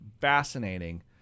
fascinating